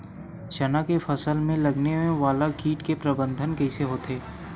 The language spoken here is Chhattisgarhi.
चना के फसल में लगने वाला कीट के प्रबंधन कइसे होथे?